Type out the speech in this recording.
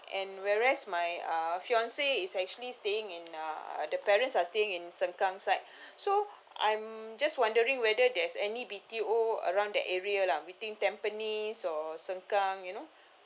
and whereas my uh fiance is actually staying in uh the parents are staying in sengkang side so I'm just wondering whether there's any B_T_O around that area lah within tampines or sengkang you know